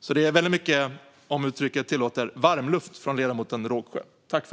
Det är alltså väldigt mycket - om uttrycket tillåts - varmluft från ledamoten Rågsjö.